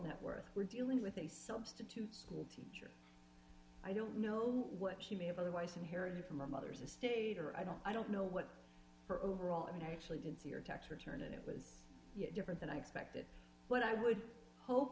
net worth we're dealing with a substitute schoolteacher i don't know what she may have otherwise inherited from her mother's estate or i don't i don't know what her overall i mean i actually didn't see your tax return and it was different than i expected but i would hope